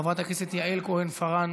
חברת הכנסת יעל כהן-פארן,